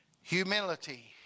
humility